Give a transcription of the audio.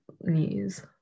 knees